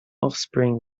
offspring